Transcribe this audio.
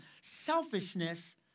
selfishness